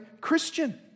Christian